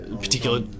Particular